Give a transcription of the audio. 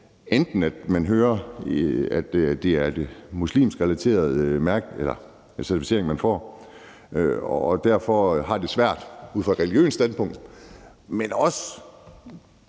med, at man hører, at det er den muslimsk relaterede certificering, man får, og derfor har det svært ud fra et religiøst standpunkt. Jeg